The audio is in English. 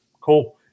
Cool